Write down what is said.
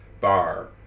bar